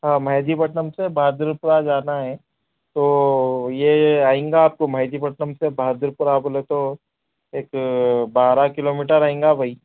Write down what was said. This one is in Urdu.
ہاں مہدی پٹنم سے بہادر پورہ جانا ہے تو یہ آئیں گا آپ کو مہدی پٹنم سے بہادر پورہ بولے تو ایک بارہ کیلو میٹر آئیں گا بھائی